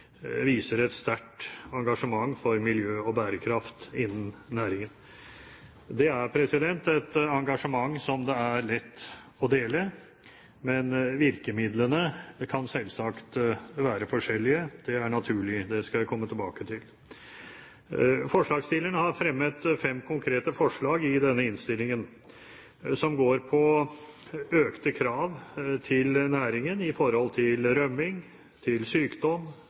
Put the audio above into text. viser et sterkt engasjement for miljø og bærekraft innen næringen. Det er et engasjement som det er lett å dele, men virkemidlene kan selvsagt være forskjellige. Det er naturlig, og det skal jeg komme tilbake til. Forslagsstillerne har fremmet fem konkrete forslag i denne innstillingen som går på økte krav til næringen når det gjelder rømming, sykdom, forurensing og utslipp. Man ønsker sanksjoner i tilknytning til